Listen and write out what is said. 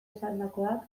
esandakoak